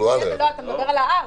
אתה מדבר על המקדם.